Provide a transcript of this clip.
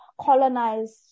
colonized